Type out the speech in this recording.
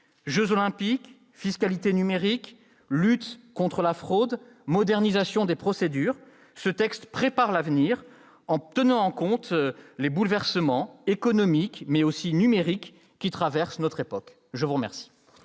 Jeux Olympiques, fiscalité numérique, lutte contre la fraude, modernisation des procédures, ce texte prépare l'avenir en tenant compte des bouleversements économiques, mais aussi numériques, qui traversent notre époque. La parole